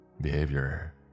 Behavior